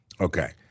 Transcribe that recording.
Okay